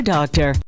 Doctor